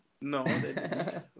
no